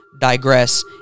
digress